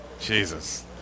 Jesus